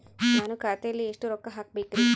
ನಾನು ಖಾತೆಯಲ್ಲಿ ಎಷ್ಟು ರೊಕ್ಕ ಹಾಕಬೇಕ್ರಿ?